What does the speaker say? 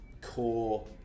core